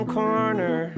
corner